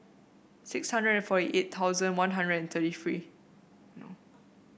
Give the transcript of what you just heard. six hundred and forty eight thousand One Hundred and thirty one